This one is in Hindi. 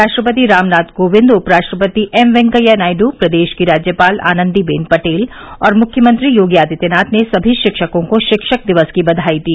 राष्ट्रपति रामनाथ कोविंद उप राष्ट्रपति एमवैकेया नायडू प्रदेश की राज्यपाल आनंदीवेन पटेल और मुख्यमंत्री योगी आदित्यनाथ ने सभी शिक्षकों को शिक्षक दिवस की बधाई दी